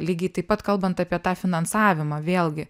lygiai taip pat kalbant apie tą finansavimą vėlgi